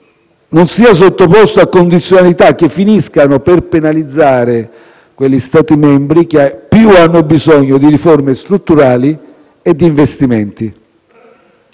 non sia sottoposto a condizionalità che finiscano per penalizzare quegli Stati membri che più hanno bisogno di riforme strutturali e di investimenti.